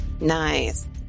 Nice